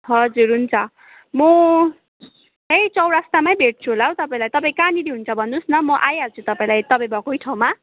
हजुर हुन्छ म त्यही चौैरस्तामै भेट्छु होला हौ तपाईँलाई तपाईँ कहाँनेर हुन्छ भन्नु होस् न म आइहाल्छु तपाईँलाई तपाईँ भएकै ठाउँमा